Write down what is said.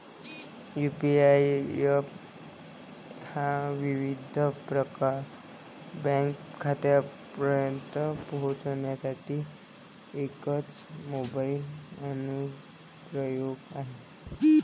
UPI app हा विविध bank खात्यांपर्यंत पोहोचण्यासाठी एकच मोबाइल अनुप्रयोग आहे